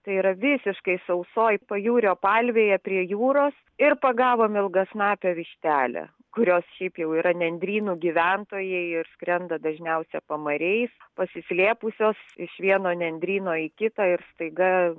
tai yra visiškai sausoj pajūrio palvėje prie jūros ir pagavom ilgasnapę vištelę kurios šiaip jau yra nendrynų gyventojai ir skrenda dažniausia pamariais pasislėpusios iš vieno nendryno į kitą ir staiga